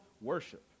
worship